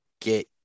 get